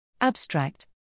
Abstract